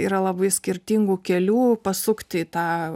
yra labai skirtingų kelių pasukti į tą